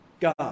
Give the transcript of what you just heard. God